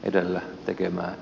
arvoisa puhemies